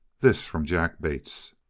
this from jack bates.